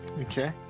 Okay